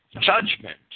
judgment